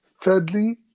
Thirdly